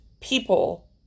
people